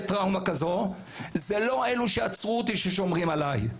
טראומה כזאת זה לא אלה שעצרו אותי ששומרים עליי.